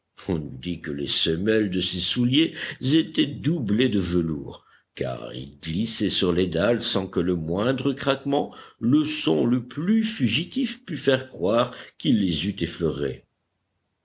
on eût dit que les semelles de ses souliers étaient doublées de velours car il glissait sur les dalles sans que le moindre craquement le son le plus fugitif pût faire croire qu'il les